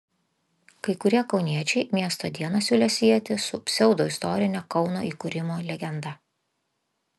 kai kurie kauniečiai miesto dieną siūlė sieti su pseudoistorine kauno įkūrimo legenda